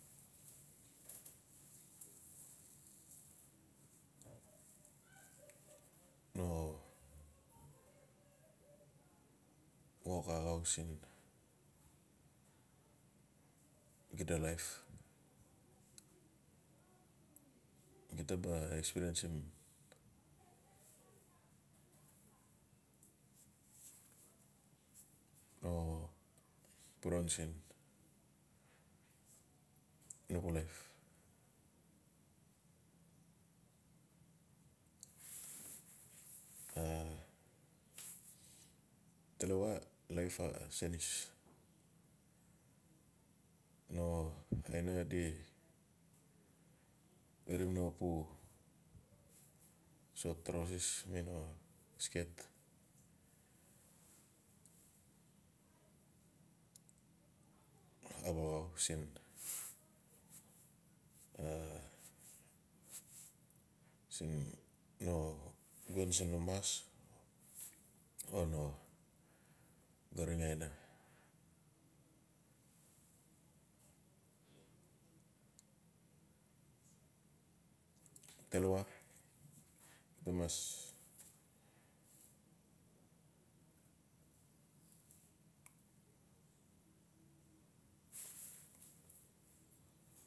no wok axau siin. gida laip. Gita ba laip experiencesim no tore siin. A talawa a laip a senis no aina di werim no pu short truoses. mi no skirt. siin asiin no woun siin no mas. o no aina talawa gita mas.